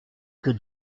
que